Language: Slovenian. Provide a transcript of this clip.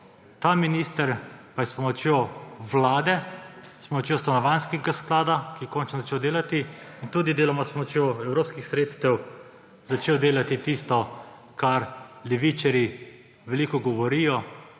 ta minister pa je s pomočjo vlade, s pomočjo Stanovanjskega sklada, ki je končno začel delati, in tudi deloma s pomočjo evropskih sredstev začel delati tisto, o čemer levičarji veliko govorijo